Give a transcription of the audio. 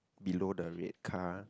below the red car